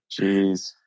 Jeez